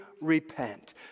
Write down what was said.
repent